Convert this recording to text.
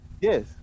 Yes